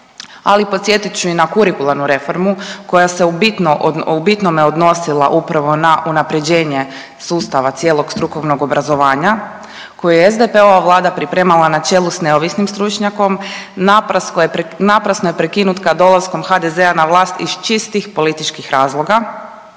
ali podsjetit ću i na kurikularnu reformu koja se u bitno, u bitnome odnosila upravo na unaprjeđenje sustava cijelog strukovnog obrazovanja koje je SDP-ova Vlada pripremala na čelu s neovisnim stručnjakom naprasno je prekinut dolaskom HDZ-a na vlast iz čistih političkih razloga